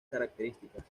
características